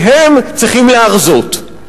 והם צריכים להרזות.